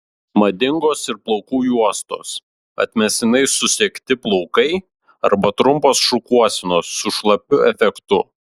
madingos ir plaukų juostos atmestinai susegti plaukai arba trumpos šukuosenos su šlapiu efektu